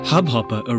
Hubhopper